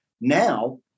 now